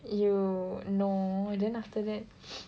!eww! no and then after that